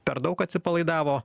per daug atsipalaidavo